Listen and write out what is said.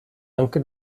anche